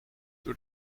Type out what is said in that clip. door